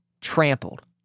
trampled